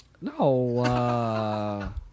No